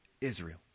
Israel